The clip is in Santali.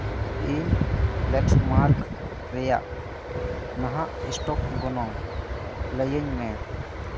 ᱤᱧ ᱞᱮᱠᱥᱢᱟᱨᱠ ᱨᱮᱭᱟᱜ ᱱᱟᱦᱟᱜ ᱮᱥᱴᱚᱠ ᱜᱚᱱᱚᱝ ᱞᱟᱹᱭᱟᱹᱧ ᱢᱮ